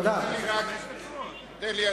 תן לי,